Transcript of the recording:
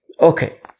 Okay